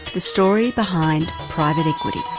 the story behind private equity.